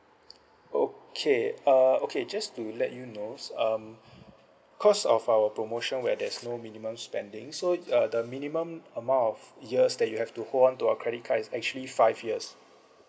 okay uh okay just to let you know um cause of our promotion where there's no minimum spending so uh the minimum amount of years that you have to hold on to our credit card is actually five years